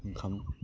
ओंखाम